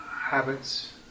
habits